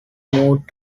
moved